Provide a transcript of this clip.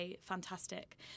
fantastic